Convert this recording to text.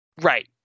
Right